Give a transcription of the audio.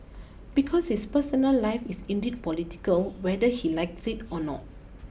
because his personal life is indeed political whether he likes it or not